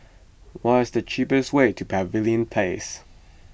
what is the cheapest way to Pavilion Place